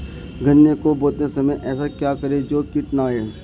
गन्ने को बोते समय ऐसा क्या करें जो कीट न आयें?